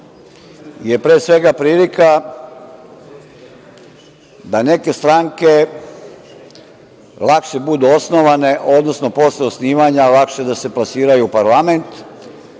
je, pre svega, prilika da neke stranke lakše budu osnovane, odnosno posle osnivanja lakše da se plasiraju u parlament,